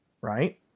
right